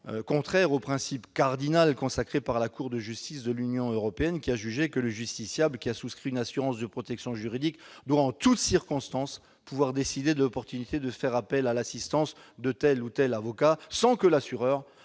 contraire au principe cardinal consacré par la Cour de justice de l'Union européenne, qui a jugé que le justiciable ayant souscrit une assurance de protection juridique doit, en toute circonstance, pouvoir décider de l'opportunité de faire appel à l'assistance de tel ou tel avocat, sans que l'assureur